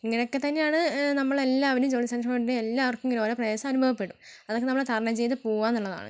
ഇങ്ങനെയൊക്കെ തന്നെയാണ് നമ്മൾ എല്ലാവരും ജോലിസ്ഥലത്ത് പോയിട്ടുണ്ടെങ്കിൽ എല്ലാവർക്കും ഒരോ പ്രയാസം അനുഭവപ്പെടും അതൊക്കെ നമ്മൾ തരണം ചെയ്ത് പോവാന്നുള്ളതാണ്